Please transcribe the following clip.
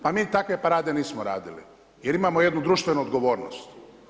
Pa mi takve parade nismo radili, jer imamo jednu društvenu odgovornost.